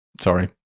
sorry